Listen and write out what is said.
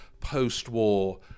post-war